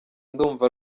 ndumva